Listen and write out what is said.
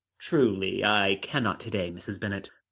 truly, i cannot to-day, mrs. bennet.